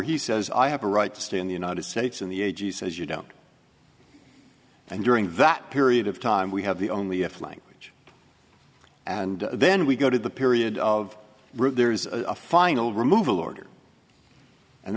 he says i have a right to stay in the united states and the a g says you don't and during that period of time we have the only if language and then we go to the period of there is a final removal order and